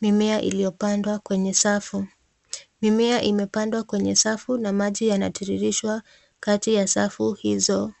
mimea iliyopandwa kwenye safu. Mimea imepandwa kwenye safu na maji yanatirishwa kati ya safu hizo.